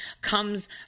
comes